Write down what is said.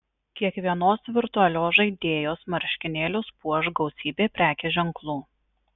kiekvienos virtualios žaidėjos marškinėlius puoš gausybė prekės ženklų